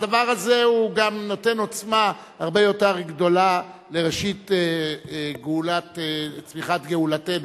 הדבר הזה גם נותן עוצמה הרבה יותר גדולה לראשית צמיחת גאולתנו.